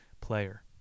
player